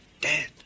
dead